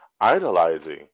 idolizing